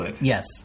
Yes